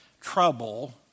trouble